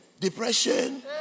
Depression